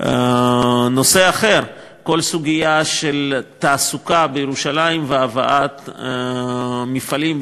נושא אחר הוא כל הסוגיה של תעסוקה בירושלים והבאת מפעלים,